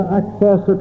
access